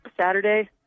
Saturday